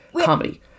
comedy